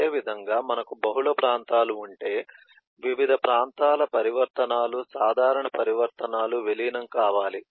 అదేవిధంగా మనకు బహుళ ప్రాంతాలు ఉంటే వివిధ ప్రాంతాల పరివర్తనాలు సాధారణ పరివర్తనాలు విలీనం కావాలి